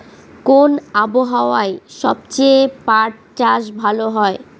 কোন আবহাওয়ায় সবচেয়ে পাট চাষ ভালো হয়?